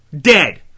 dead